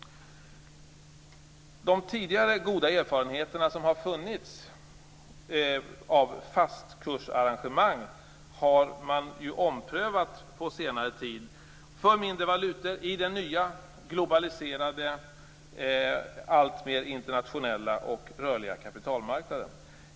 De tidigare goda erfarenheter av fastkursarrangemang som har funnits har på senare tid omprövats för mindre valutor i den nya globaliserade, alltmer internationella och rörliga kapitalmarknaden.